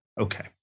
Okay